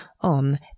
on